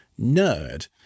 nerd